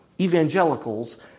evangelicals